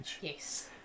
yes